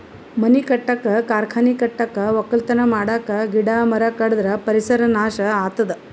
ಮನಿ ಕಟ್ಟಕ್ಕ್ ಕಾರ್ಖಾನಿ ಕಟ್ಟಕ್ಕ್ ವಕ್ಕಲತನ್ ಮಾಡಕ್ಕ್ ಗಿಡ ಮರ ಕಡದ್ರ್ ಪರಿಸರ್ ನಾಶ್ ಆತದ್